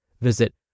Visit